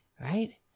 right